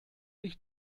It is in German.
ich